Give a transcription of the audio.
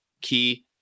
key